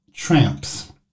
tramps